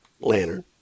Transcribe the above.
lantern